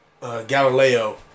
Galileo